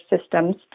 systems